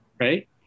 right